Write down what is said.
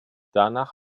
danach